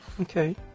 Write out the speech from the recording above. Okay